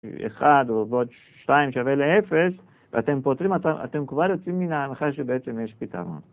1 ועוד 2 שווה ל-0 ואתם פותרים, אתם כבר יוצאים מההנחה שבעצם יש פתרון.